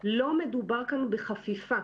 לא מדובר כאן בחפיפה.